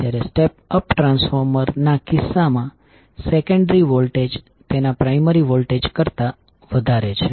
જ્યારે step up transformer ના કિસ્સામાં સેકન્ડરી વોલ્ટેજ તેના પ્રાયમરી વોલ્ટેજ કરતા વધારે છે